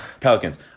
Pelicans